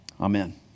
Amen